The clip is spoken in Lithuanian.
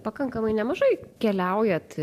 pakankamai nemažai keliaujat